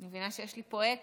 אני מבינה שיש לי פה אקו.